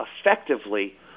effectively